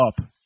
up